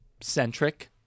centric